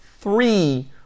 three